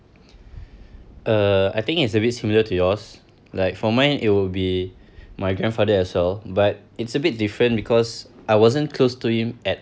uh I think it's a bit similar to yours like for mine it will be my grandfather as well but it's a bit different because I wasn't close to him at`